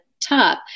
top